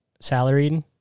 salaried